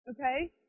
okay